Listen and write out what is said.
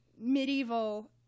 medieval